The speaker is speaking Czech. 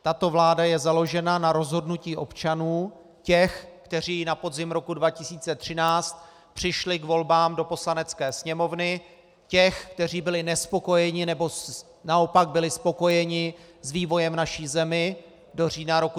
Tato vláda je založena na rozhodnutí občanů, těch, kteří na podzim roku 2013 přišli k volbám do Poslanecké sněmovny, těch, kteří byli nespokojeni, nebo naopak byli spokojeni s vývojem v naší zemi do října roku 2013.